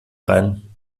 rein